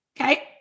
okay